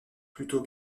plutôt